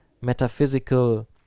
metaphysical